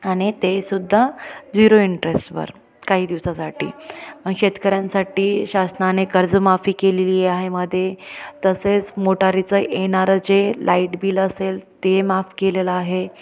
आणि तेसुद्धा जिरो इंटरेस्टवर काही दिवसासाठी म शेतकऱ्यांसाठी शासनाने कर्जमाफी केलेली आहे मध्ये तसेच मोटारीचं येणारं जे लाईट बिल असेल ते माफ केलेलं आहे